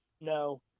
no